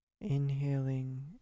Inhaling